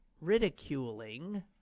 ridiculing